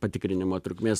patikrinimo trukmės